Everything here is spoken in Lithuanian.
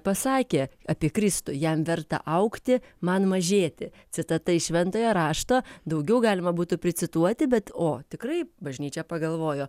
pasakė apie kristų jam verta augti man mažėti citata iš šventojo rašto daugiau galima būtų pricituoti bet o tikrai bažnyčia pagalvojo